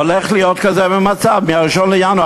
הולך להיות מצב כזה מ-1 בינואר.